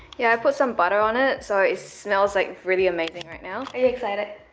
yeah i put some butter on it so it smells like really amazing right now. are you excited?